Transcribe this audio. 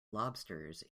lobsters